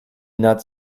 not